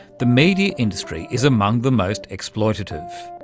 the media industry is among the most exploitative.